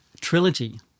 trilogy